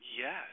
Yes